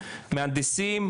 מהנדסים,